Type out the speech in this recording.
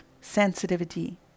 sensitivity